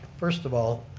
first of all,